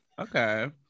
Okay